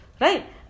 Right